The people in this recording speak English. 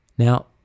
Now